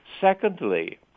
Secondly